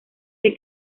que